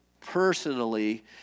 personally